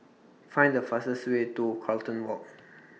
Find The fastest Way to Carlton Walk